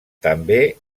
també